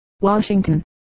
Washington